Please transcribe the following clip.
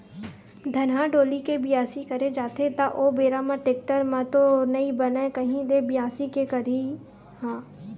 धनहा डोली के बियासी करे जाथे त ओ बेरा म टेक्टर म तो नइ बनय कही दे बियासी के करई ह?